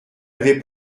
avais